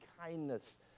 kindness